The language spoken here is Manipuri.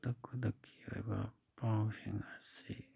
ꯈꯨꯗꯛ ꯈꯨꯗꯛꯀꯤ ꯑꯣꯏꯕ ꯄꯥꯎꯁꯤꯡ ꯑꯁꯤ